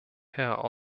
herr